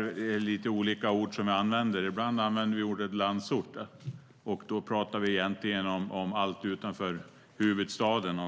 använder lite olika ord. Ibland använder vi ordet landsort, och då pratar vi egentligen om allt utanför huvudstaden.